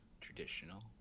Traditional